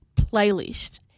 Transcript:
playlist